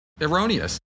erroneous